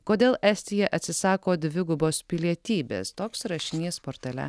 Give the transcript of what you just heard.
kodėl estija atsisako dvigubos pilietybės toks rašinys portale